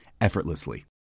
effortlessly